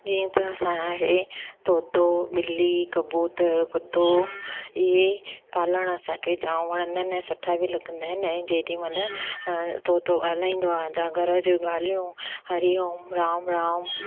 जीअं त असांजा इहे तोतो ॿिली कबूतरु कुतो इहे पालणु असांखे जाम वणंदा आहिनि ऐं सुठा बि लॻंदा आहिनि ऐं जेॾीमहिल तोतो ॻाल्हाईंदो आहे या घरु जूं ॻाल्हियूं हरिओम राम राम